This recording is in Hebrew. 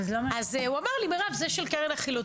אז הוא אמר לי" מירב, זה של קרן החילוט".